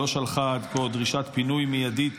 לא שלחה עד כה דרישת פינוי מיידית